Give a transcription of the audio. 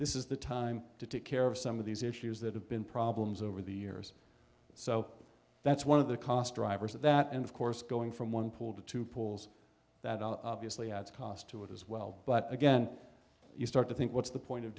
this is the time to take care of some of these issues that have been problems over the years so that's one of the cost drivers of that and of course going from one pool to two pools that obviously adds cost to it as well but again you start to think what's the point of